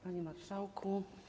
Panie Marszałku!